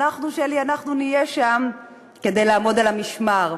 אנחנו, שלי, נהיה שם כדי לעמוד על המשמר,